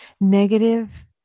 negative